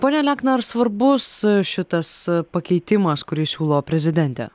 pone alekna ar svarbus šitas pakeitimas kurį siūlo prezidentė